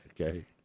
Okay